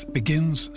begins